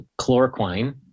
Chloroquine